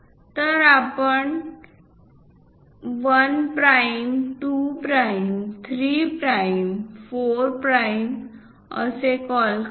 तर आपण 1 prime 2 prime 3 prime 4 prime असे कॉल करू